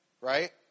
right